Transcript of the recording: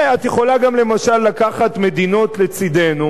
את יכולה גם, למשל, לקחת מדינות לצדנו,